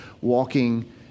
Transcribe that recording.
walking